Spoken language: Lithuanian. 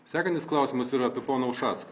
sekantis klausimas yra apie poną ušacką